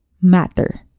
matter